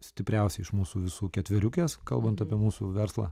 stipriausiai iš mūsų visų ketveriukės kalbant apie mūsų verslą